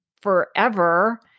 forever